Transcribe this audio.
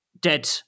dead